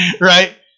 right